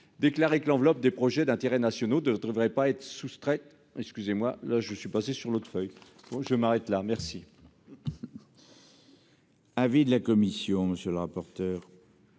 déclaré que l'enveloppe des projets d'intérêts nationaux de trouverait pas être soustrait excusez-moi là, je suis passé sur l'autre feuille. Je m'arrête là. Merci. Avis de la commission. Monsieur le rapporteur.